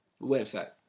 website